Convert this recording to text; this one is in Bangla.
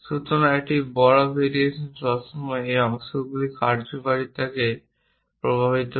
সুতরাং একটি বড় ভেরিয়েশন সবসময় এই অংশগুলির কার্যকারিতা প্রভাবিত করে